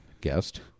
guest